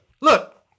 look